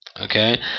okay